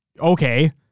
okay